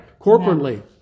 corporately